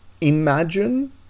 imagine